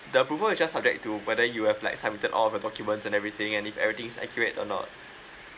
the approval is just subject to whether you have like submitted all of the documents and everything and if everything is accurate or not